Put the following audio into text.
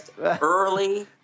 early